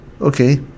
okay